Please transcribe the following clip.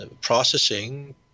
processing